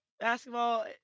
basketball